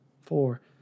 four